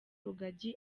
rugagi